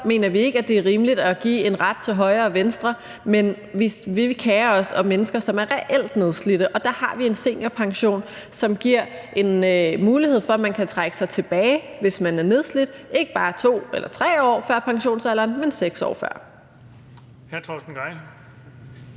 mener ikke, det er rimeligt at give en ret til højre og venstre, men vi kerer os om mennesker, som er reelt nedslidte, og der har vi en seniorpension, som giver en mulighed for, at man kan trække sig tilbage, hvis man er nedslidt, ikke bare 2 eller 3 år før pensionsalderen, men 6 år før.